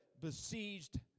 besieged